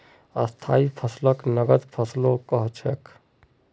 स्थाई फसलक नगद फसलो कह छेक